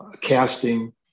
casting